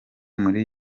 muri